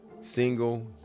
single